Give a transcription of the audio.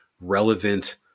relevant